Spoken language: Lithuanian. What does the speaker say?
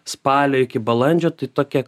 spalio iki balandžio tai tokia